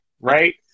right